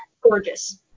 gorgeous